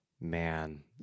Man